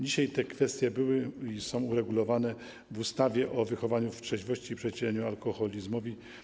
Dzisiaj te kwestie były i są uregulowane w ustawie o wychowaniu w trzeźwości i przeciwdziałaniu alkoholizmowi.